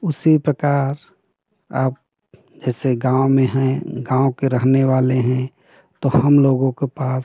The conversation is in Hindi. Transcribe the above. उसी प्रकार आप जैसे गाँव में हैं गाँव के रहने वाले हैं तो हम लोगों के पास